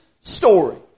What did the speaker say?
story